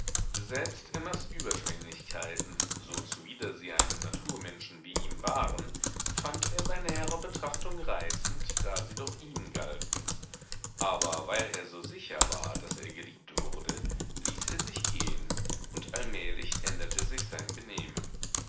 selbst emmas überschwenglichkeiten so zuwider sie einem naturmenschen wie ihm waren fand er bei näherer betrachtung reizend da sie doch ihm galten aber weil er so sicher war daß er geliebt wurde ließ er sich gehen und allmählich änderte sich sein benehmen